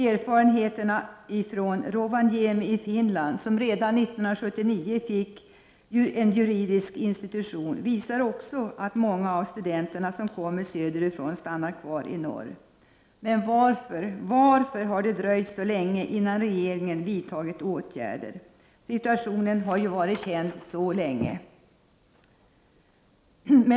Erfarenheterna från Rovaniemi i Finland, som redan år 1979 fick en juridisk institution, visar också att många av studenterna som kommer söderifrån stannar kvar i norr. Men varför har det dröjt så länge innan regeringen vidtagit åtgärder? Situationen har ju varit känd så länge.